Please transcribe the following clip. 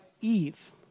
Eve